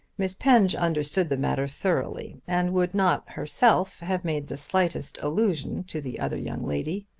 miss penge understood the matter thoroughly, and would not herself have made the slightest allusion to the other young lady.